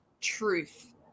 truth